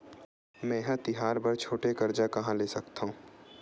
मेंहा तिहार बर छोटे कर्जा कहाँ ले सकथव?